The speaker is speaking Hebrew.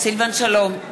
סילבן שלום,